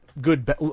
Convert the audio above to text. good